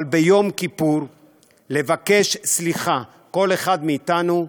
אבל ביום כיפור לבקש סליחה, כל אחד מאתנו,